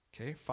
okay